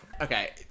Okay